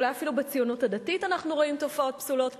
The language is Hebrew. אולי אפילו בציונות הדתית אנחנו רואים תופעות פסולות כאלה.